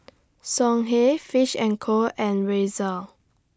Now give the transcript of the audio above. Songhe Fish and Co and Razer